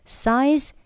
size